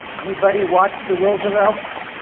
anybody watch the roosevelts?